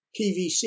PVC